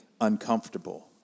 uncomfortable